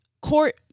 court